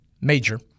Major